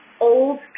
Old